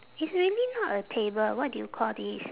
it's really not a table what do you call this